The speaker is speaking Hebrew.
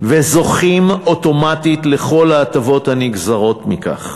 וזוכים אוטומטית לכל ההטבות הנגזרות מכך.